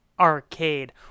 arcade